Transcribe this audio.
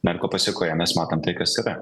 na ir ko pasekoje mes matom tai kas yra